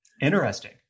Interesting